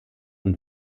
und